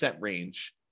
range